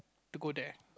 to go there